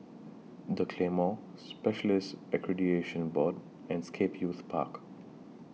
The Claymore Specialists Accreditation Board and Scape Youth Park